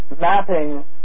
mapping